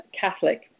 Catholic